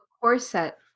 corset